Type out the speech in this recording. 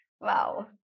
Wow